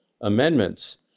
amendments